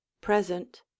Present